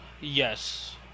Yes